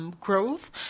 Growth